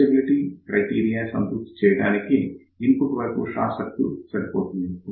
instability criteria సంతృప్తి చెందడానికి input వైపు షార్ట్ సర్క్యూట్ సరిపోతుంది